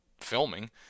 filming